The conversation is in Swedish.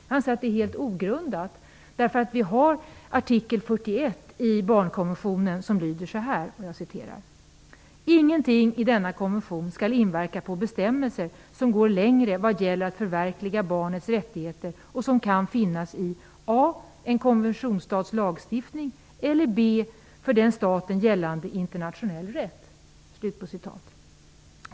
Jag anser att det är helt ogrundat. Vi har artikel 41 i barnkonventionen som lyder: Ingenting i denna konvention skall inverka på bestämmelser som går längre vad gäller att förverkliga barnets rättigheter och som kan finnas a) i en konventionsstats lagstiftning eller b) för den staten gällande internationell rätt.